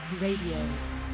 Radio